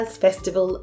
Festival